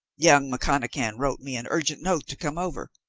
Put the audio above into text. young mcconachan wrote me an urgent note to come over.